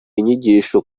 inyigisho